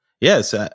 Yes